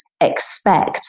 expect